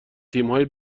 تیمهای